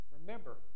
Remember